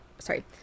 Sorry